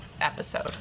episode